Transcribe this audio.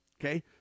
Okay